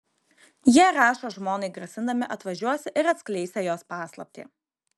jie rašo žmonai grasindami atvažiuosią ir atskleisią jos paslaptį